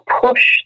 push